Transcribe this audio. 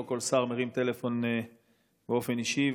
לא כל שר מרים טלפון באופן אישי,